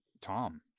Tom